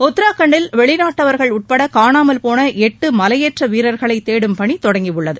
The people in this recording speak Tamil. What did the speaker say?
உத்தரகாண்டில் வெளிநாட்டவர்கள் உட்பட காணாமல் போன எட்டு மலையேற்ற வீரர்களை தேடும் பணி தொடங்கியுள்ளது